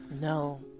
No